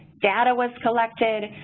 data was collected,